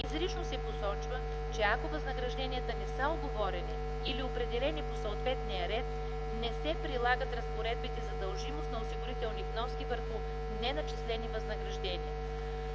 Изрично се посочва, че ако възнагражденията не са уговорени или определени по съответния ред не се прилагат разпоредбите за дължимост на осигурителни вноски върху неначислени възнаграждения.